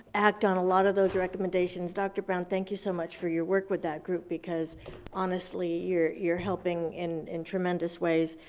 act on a lot of those recommendations. dr. brown thank you so much for your work with that group because honestly, you're helping in in tremendous ways,